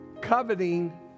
Coveting